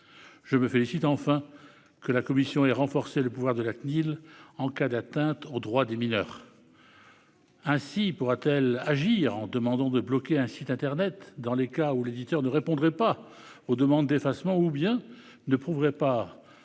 je me félicite que la commission ait renforcé le pouvoir de la Cnil en cas d'atteinte aux droits des mineurs. Ainsi, celle-ci pourra agir en demandant de bloquer un site internet dans les cas où l'éditeur ne répondrait pas aux demandes d'effacement ou ne prouverait pas